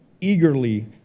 eagerly